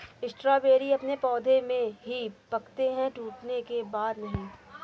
strawberry अपने पौधे में ही पकते है टूटने के बाद नहीं